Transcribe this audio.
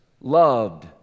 loved